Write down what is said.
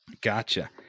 Gotcha